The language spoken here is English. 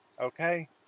okay